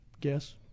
guess